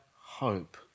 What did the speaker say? hope